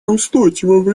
устойчивого